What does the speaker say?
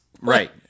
Right